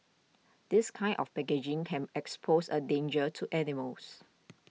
this kind of packaging can expose a danger to animals